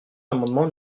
l’amendement